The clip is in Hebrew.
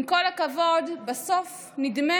עם כל הכבוד, בסוף נדמה